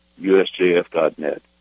usjf.net